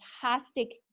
fantastic